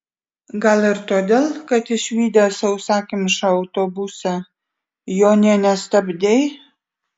gal ir todėl kad išvydęs sausakimšą autobusą jo nė nestabdei